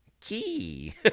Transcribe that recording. key